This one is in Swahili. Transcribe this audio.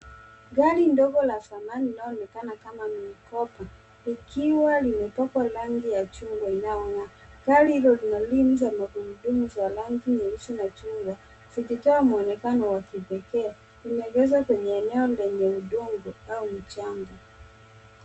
Gari ndogo la zamani linaloonekana kama mini cooper likiwa limepakwa rangi ya chungwa inayong'aa. Gari hilo lina rimu za magurudumu za rangi nyeusi na chungwa zikitoa mwonekano wa kipekee. Limeegeshwa kwenye eneo la udongo au mchanga.